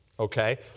Okay